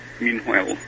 meanwhile